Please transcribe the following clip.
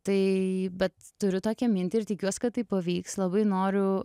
tai bet turiu tokią mintį ir tikiuos kad taip pavyks labai noriu